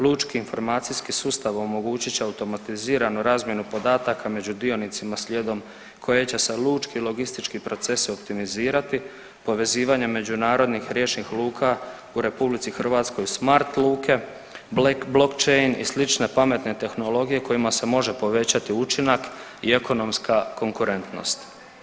Lučki informacijski sustav omogućit će automatiziranu razmjenu podataka među dionicima slijedom koje će se lučki logistički procesi optimizirati povezivanjem međunarodnih riječnih luka u RH, smart luke, blockchain i slične pametne tehnologije kojima se može povećati učinak i ekonomska konkurentnost.